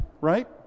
right